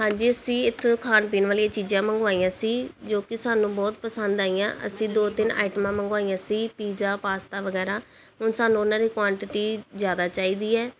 ਹਾਂਜੀ ਅਸੀਂ ਇੱਥੋਂ ਖਾਣ ਪੀਣ ਵਾਲੀਆਂ ਚੀਜ਼ਾਂ ਮੰਗਵਾਈਆਂ ਸੀ ਜੋ ਕਿ ਸਾਨੂੰ ਬਹੁਤ ਪਸੰਦ ਆਈਆਂ ਅਸੀਂ ਦੋ ਤਿੰਨ ਆਈਟਮਾਂ ਮੰਗਵਾਈਆਂ ਸੀ ਪੀਜ਼ਾ ਪਾਸਤਾ ਵਗੈਰਾ ਹੁਣ ਸਾਨੂੰ ਉਹਨਾਂ ਦੀ ਕੁਆਂਟਿਟੀ ਜ਼ਿਆਦਾ ਚਾਹੀਦੀ ਹੈ